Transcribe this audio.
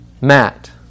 Matt